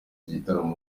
gitaramo